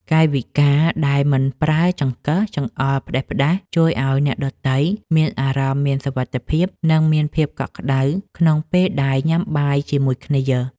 កាយវិការដែលមិនប្រើចង្កឹះចង្អុលផ្តេសផ្តាសជួយឱ្យអ្នកដទៃមានអារម្មណ៍មានសុវត្ថិភាពនិងមានភាពកក់ក្តៅក្នុងពេលដែលញ៉ាំបាយជាមួយគ្នា។